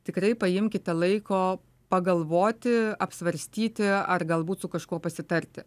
tikrai paimkite laiko pagalvoti apsvarstyti ar galbūt su kažkuo pasitarti